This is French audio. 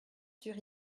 sur